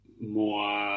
more